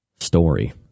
Story